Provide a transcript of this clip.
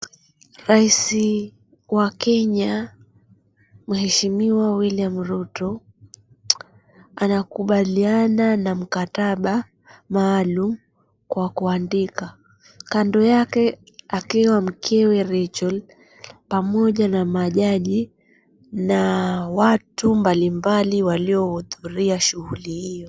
Raisi wa Kenya mheshimiwa William Ruto anakubaliana na mkataba maalum kwa kuandika. Kando yake akiwa mkewe Rachael pamoja na majaji na watu mbalimbali waliohudhuria shughuli hiyo.